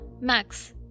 max